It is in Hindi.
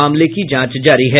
मामले की जांच जारी है